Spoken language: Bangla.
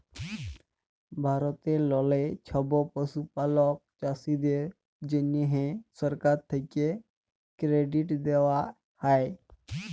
ভারতেললে ছব পশুপালক চাষীদের জ্যনহে সরকার থ্যাকে কেরডিট দেওয়া হ্যয়